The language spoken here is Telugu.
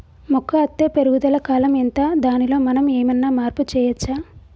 మొక్క అత్తే పెరుగుదల కాలం ఎంత దానిలో మనం ఏమన్నా మార్పు చేయచ్చా?